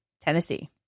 Tennessee